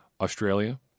Australia